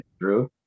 drew